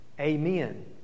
amen